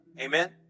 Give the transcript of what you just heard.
Amen